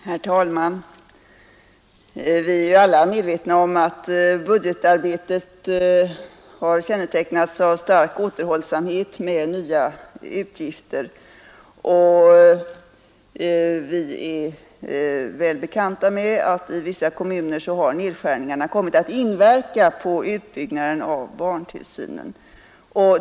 Herr talman! Vi är alla medvetna om att budgetarbetet har kännetecknats av stark återhållsamhet med nya utgifter. Vi känner också väl till att i vissa kommuner har nedskärningarna kommit att inverka på utbyggnaden av barntillsynen.